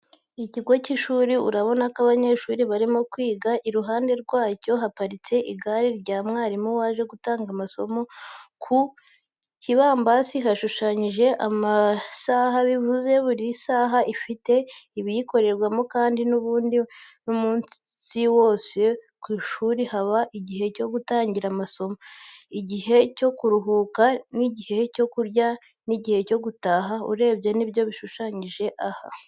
Ikigo k'ishuri urabona ko abanyeshuri barimo kwiga iruhande rwacyo haparitse igare rya mwarimu waje gutanga amaso ku kibambasi hashushanyijeho amasaha bivuze ko buri saha ifite ibiyikorerwamo kandi n'ubundi mumunsi wase kwishuri haba igihe cyo gutangira amasomo, igihe cyokuruhuka, gihe cyo kurya nighe cyogutaha urebye nibyo bishushanyije aha.